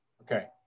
Okay